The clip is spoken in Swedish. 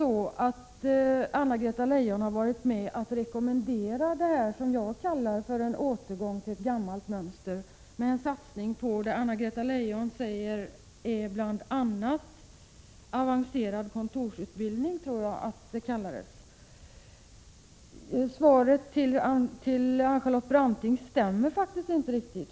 Har Anna-Greta Leijon varit med och rekommenderat det som jag kallar en återgång till ett gammalt mönster, med en satsning på bl.a. avancerad kontorsutbildning, som jag tror att Anna-Greta Leijon kallade det? Svaret till Charlotte Branting stämmer faktiskt inte riktigt.